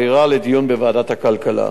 ולהעבירה לדיון בוועדת הכלכלה.